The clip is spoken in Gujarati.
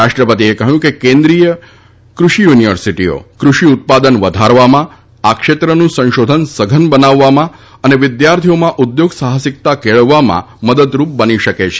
રાષ્ટ્રપતિએ કહ્યું કે કેન્દ્રિય કૃષિ યુનિવર્સિટીઓ કૃષિ ઉત્પાદન વધારવામાં આ ક્ષેત્રનું સંશોધન સઘન બનાવવામાં અને વિદ્યાર્થીઓમાં ઉદ્યોગ સાહસિકતા કેળવવામાં મદદરૂપ બની શકે છે